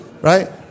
Right